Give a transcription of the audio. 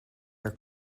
are